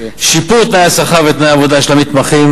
שיפור תנאי השכר ותנאי העבודה של המתמחים,